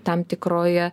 tam tikroje